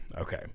Okay